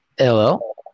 Hello